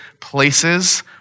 places